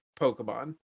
Pokemon